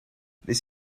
this